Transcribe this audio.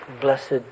Blessed